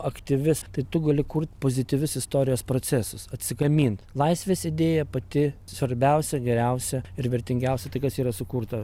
aktyvi tai tu gali kurt pozityvius istorijos procesus atsigamint laisvės idėja pati svarbiausia geriausia ir vertingiausia tai kas yra sukurta